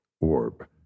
orb